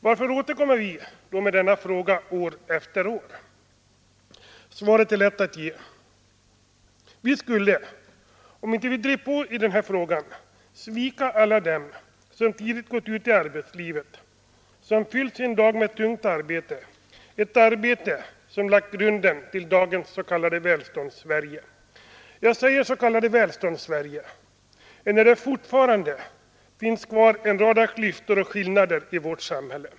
Varför återkommer vi centerpartister då med denna fråga år efter år? Svaret är lätt att ge. Vi skulle, om vi inte drev på i denna fråga, svika alla dem som tidigt gått ut i arbetslivet, som fyllt sin dag med tungt arbete, ett arbete som lagt grunden till dagens s.k. Välståndssverige. Jag säger s.k. Välståndssverige, enär det fortfarande finns kvar en rad av klyftor och skillnader i vårt samhälle.